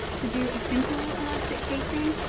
to do a simple elastic casing.